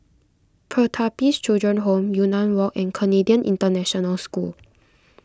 Pertapis Children Home Yunnan Walk and Canadian International School